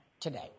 today